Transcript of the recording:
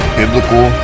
biblical